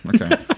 okay